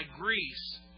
Greece